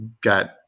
got